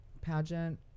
pageant